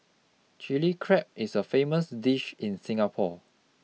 chilli crab is a famous dish in Singapore